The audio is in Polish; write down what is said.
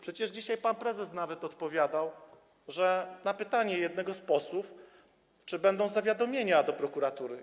Przecież dzisiaj pan prezes nawet odpowiadał na pytanie jednego z posłów, czy będą zawiadomienia do prokuratury.